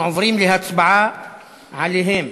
אנחנו עוברים להצבעה עליהם.